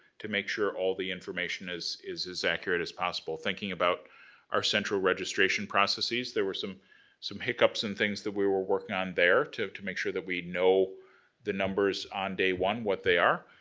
to make sure all the information is is as accurate as possible. thinking about our central registration processes, there were some some hiccups and things that we were working on there to to make sure that we know the numbers on day one, what they are.